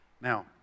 Now